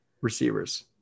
Receivers